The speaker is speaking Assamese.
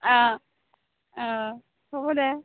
অঁ অঁ হ'ব দে